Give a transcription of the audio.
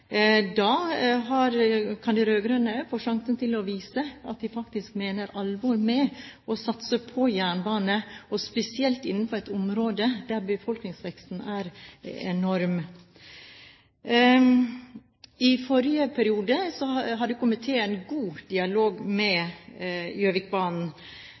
Da kan de rød-grønne få sjansen til å vise at de faktisk mener alvor med å satse på jernbane, og spesielt innenfor et område der befolkningsveksten er enorm. I forrige periode hadde komiteen god dialog med